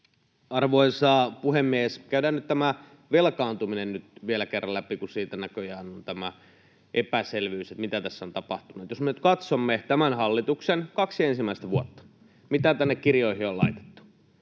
Arvoisa puhemies! Käydään tämä velkaantuminen nyt vielä kerran läpi, kun siitä näköjään on tämä epäselvyys, mitä tässä on tapahtunut. Jos me nyt katsomme tämän hallituksen kaksi ensimmäistä vuotta, mitä tänne kirjoihin on laitettu,